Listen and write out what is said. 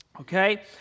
okay